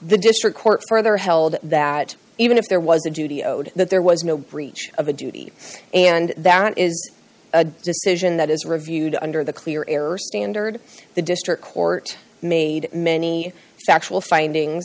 the district court further held that even if there was a duty owed that there was no breach of a duty and that is a decision that is reviewed under the clear air standard the district court made many factual finding